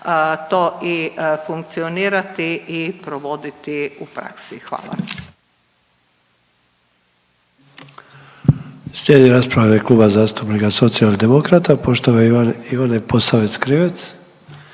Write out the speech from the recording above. to i funkcionirati i provoditi u praksi, hvala.